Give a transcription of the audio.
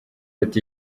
ati